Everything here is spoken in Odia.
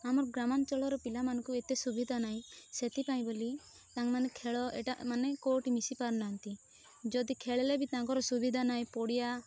ଆମ ଗ୍ରାମାଞ୍ଚଳର ପିଲାମାନଙ୍କୁ ଏତେ ସୁବିଧା ନାହିଁ ସେଥିପାଇଁ ବୋଲି ତାଙ୍କ ମାନେ ଖେଳ ଏଇଟା ମାନେ କେଉଁଠି ମିଶି ପାରୁନାହାଁନ୍ତି ଯଦି ଖେଳିଲେ ବି ତାଙ୍କର ସୁବିଧା ନାହିଁ ପଡ଼ିଆ